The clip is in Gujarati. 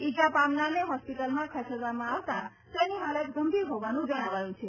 ઇજા પામનારને હોસ્પિટલમાં ખસેડવામાં આવતાં તેની હાલત ગંભીર હોવાનું જણાવ્યું છે